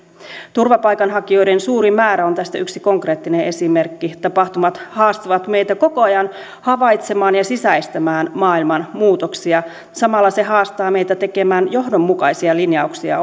turvapaikanhakijoiden suuri määrä on tästä yksi konkreettinen esimerkki tapahtumat haastavat meitä koko ajan havaitsemaan ja sisäistämään maailman muutoksia samalla ne haastavat meitä tekemään johdonmukaisia linjauksia